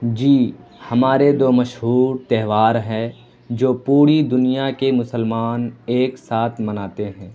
جی ہمارے دو مشہور تہوار ہے جو پوری دنیا کے مسلمان ایک ساتھ مناتے ہیں